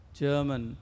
German